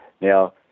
Now